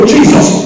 Jesus